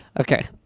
Okay